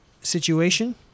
situation